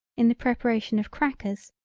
in the preparation of crackers,